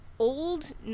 old